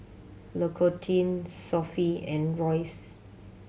L'Occitane Sofy and Royce